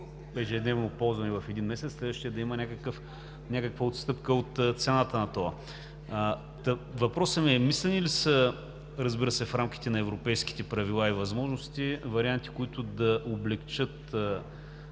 ежедневно ползване в рамките на един месец, в следващия да има някаква отстъпка от цената. Въпросът ми е: мисли ли се, разбира се в рамките на европейските правила и възможности, по варианти, които да облекчат